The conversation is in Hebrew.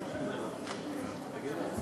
מעוניין לעלות